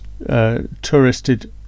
touristed